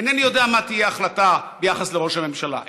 אינני יודע מה תהיה ההחלטה ביחס לראש הממשלה,